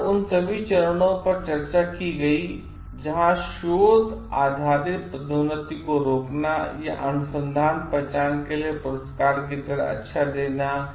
यहां उन सभी चरणों पर चर्चा की गई जहां शोध आधारित पदोन्नति को रोकना या अनुसंधान पहचान के लिए पुरस्कार की तरह अच्छा देना